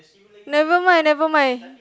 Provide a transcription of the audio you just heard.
never mind never mind